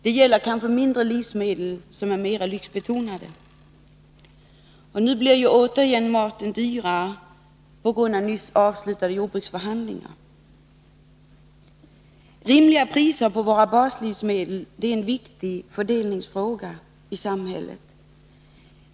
Det gäller kanske i mindre utsträckning livsmedel som är mera lyxbetonade. Nu blir återigen maten dyrare på grund av nyss avslutade jordbruksförhandlingar. Rimliga priser på våra baslivsmedel är en viktig fördelningspolitisk fråga i samhället.